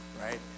right